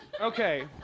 Okay